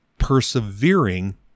persevering